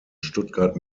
stuttgart